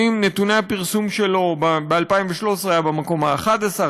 נתוני הפרסום שלו: ב-2013 הוא היה במקום ה-11,